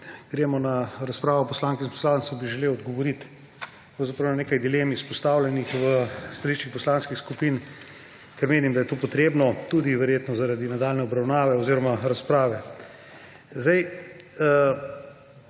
gremo na razpravo poslank in poslancev, bi želel odgovoriti pravzaprav na nekaj dilem, izpostavljenih v stališčih poslanskih skupin, ker menim, da je to potrebno, tudi verjetno zaradi nadaljnje obravnave oziroma razprave.